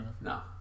No